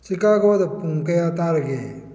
ꯆꯤꯀꯥꯒꯣꯗ ꯄꯨꯡ ꯀꯌꯥ ꯇꯥꯔꯒꯦ